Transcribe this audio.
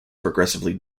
progressively